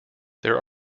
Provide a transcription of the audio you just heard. there